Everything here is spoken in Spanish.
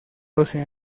doce